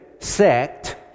sect